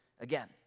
again